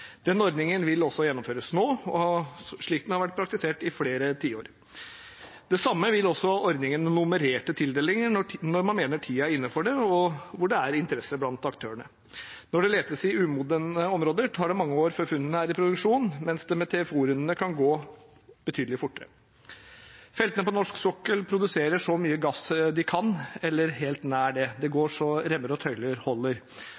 Den ordningen vil også gjennomføres nå, slik den har vært praktisert i flere tiår. Det samme vil også ordningen med nummererte tildelinger, når man mener tiden er inne for det, og hvor det er interesse blant aktørene. Når det letes i umodne områder, tar det mange år før funnene er i produksjon, mens det med TFO-rundene kan gå betydelig fortere. Feltene på norsk sokkel produserer så mye gass de kan, eller helt nær det. Det